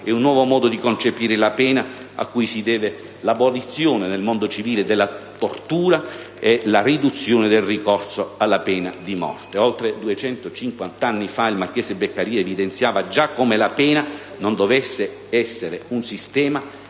e un nuovo modo di concepire la pena a cui si deve l'abolizione, nel mondo civile, della tortura e la riduzione del ricorso alla pena di morte. Oltre 250 anni fa, il marchese Beccaria evidenziava già come la pena non dovesse essere un sistema